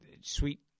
sweet